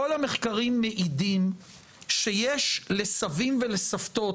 כל המחקרים מעידים שיש לסבים ולסבתות,